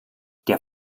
der